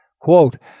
Quote